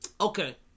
Okay